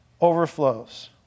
overflows